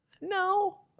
No